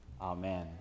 Amen